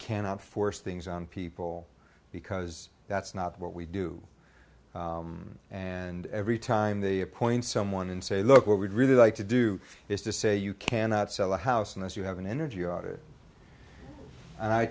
cannot force things on people because that's not what we do and every time they appoint someone and say look what we'd really like to do is to say you cannot sell a house unless you have an energy a